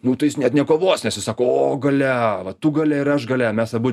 nu tai jis net nekovos nes jis sako o galia va tu galia ir aš galia mes abu